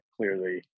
clearly